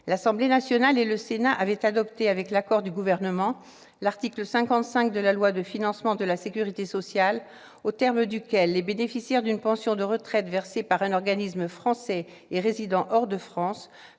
L'Assemblée nationale et le Sénat ont adopté, avec l'accord du Gouvernement, l'article 55 de la loi de financement de la sécurité sociale pour 2017, aux termes duquel « les bénéficiaires d'une pension de retraite versée par un organisme français et résidant hors de France